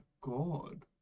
god